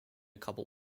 couple